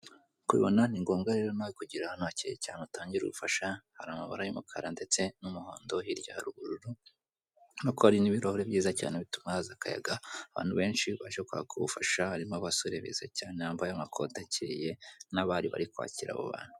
Nk'uko ubibona ngombwa nawe kugira ahantu hakeye cyane hatangira ubufasha hari amabara y'umukara ndetse n'umuhondo hirya hari ubururu ubona ko hari n'ibirahure byiza cyane bituma haza akayaga abantu benshi baje kwaka ubufasha harimo abasore beza cyane bambayaye amakote akeye n'abari bari kwakira abo bantu.